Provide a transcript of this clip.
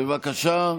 בבקשה.